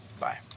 Bye